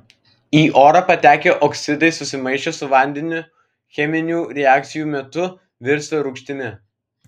į orą patekę oksidai susimaišę su vandeniu cheminių reakcijų metu virsta rūgštimi